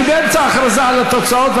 אני באמצע ההכרזה על התוצאות,